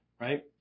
right